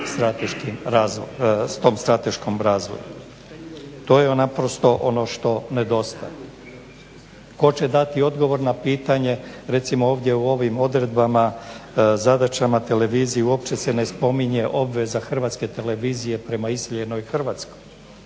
tom strateškom razvoju. To je naprosto ono što nedostaje. Tko će dati odgovor na pitanje recimo ovdje u ovim odredbama zadaćama televizije uopće se ne spominje obveza HRT-a prema iseljenoj hrvatskoj